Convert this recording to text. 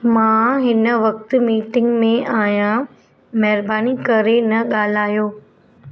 मां हिन वक़्तु मीटिंग में आहियां महिरबानी करे न ॻाल्हायो